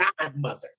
godmother